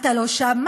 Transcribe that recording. אתה לא שמעת,